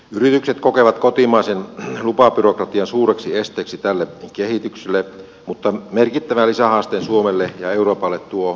yritykset kokevat kotimaisen lupabyrokratian suureksi esteeksi tälle kehitykselle mutta merkittävän lisähaasteen suomelle ja euroopalle tuo usa